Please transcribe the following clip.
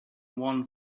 one